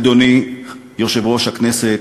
אדוני יושב-ראש הכנסת,